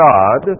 God